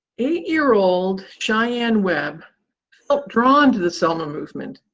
eight year old sheyann webb felt drawn to the selma movement.